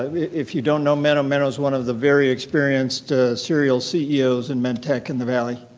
if you don't know minnow, minnow's one of the very experienced serial ceo's in medtech in the valley.